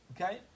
Okay